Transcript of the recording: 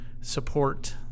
support